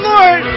Lord